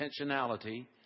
intentionality